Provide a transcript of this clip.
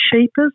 cheapest